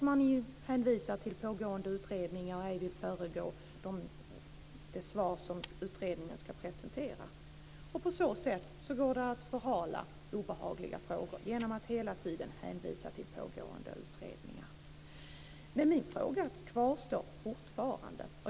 Man hänvisar till pågående utredningar och vill inte föregå det förslag som utredningen ska presentera. På så sätt går det att förhala obehagliga frågor genom att hela tiden hänvisa till pågående utredningar. Min fråga kvarstår fortfarande.